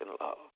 love